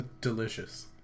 Delicious